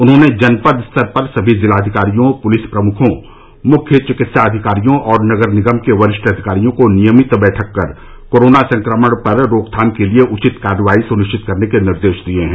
उन्होंने जनपद स्तर पर समी जिलाधिकारियों पुलिस प्रमुखों मुख्य चिकित्सा अधिकारियों और नगर निगम के वरिष्ठ अधिकारियों को नियमित बैठक कर कोरोना संक्रमण पर रोकथाम के लिए उचित कार्यवाही सुनिश्चित करने के निर्देश दिए हैं